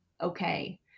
okay